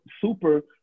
super